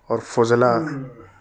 اور فضلا